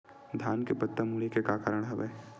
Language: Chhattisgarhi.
धान के पत्ता मुड़े के का कारण हवय?